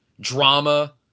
drama